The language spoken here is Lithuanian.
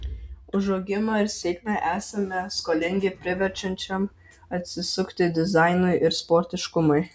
už augimą ir sėkmę esame skolingi priverčiančiam atsisukti dizainui ir sportiškumui